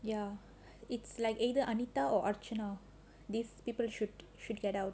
ya it's like either anita or archana these people should should get out